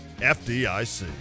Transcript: FDIC